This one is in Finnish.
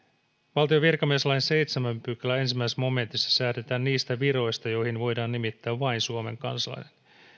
valtion virkamieslain seitsemännen pykälän ensimmäisessä momentissa säädetään niistä viroista joihin voidaan nimittää vain suomen kansalainen